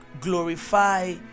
glorify